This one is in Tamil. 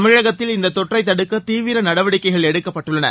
தமிழகத்தில் இந்த தொற்றை தடுக்க தீவிர நடவடிக்கைகள் எடுக்கப்பட்டுள்ளன